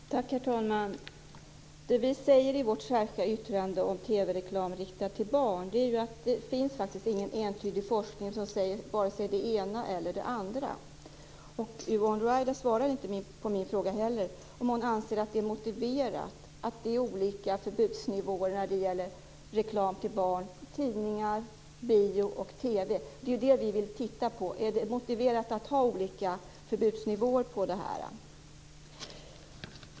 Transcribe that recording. Herr talman! Vad vi säger i vårt särskilda yttrande om TV-reklam riktad till barn är att det inte finns någon entydig forskning som säger vare sig det ena eller det andra. Yvonne Ruwaida svarade inte på min fråga om hon anser att det är motiverat att det är olika förbudsnivåer när det gäller reklam till barn i tidningar, bio och TV. Det som vi vill titta närmare på är om det är motiverat att ha olika förbudsnivåer här.